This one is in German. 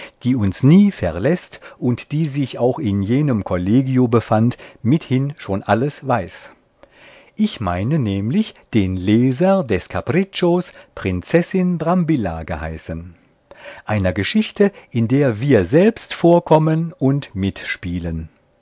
die uns nie verläßt und die sich auch in jenem kollegio befand mithin schon alles weiß ich meine nämlich den leser des capriccios prinzessin brambilla geheißen einer geschichte in der wir selbst vorkommen und mitspielen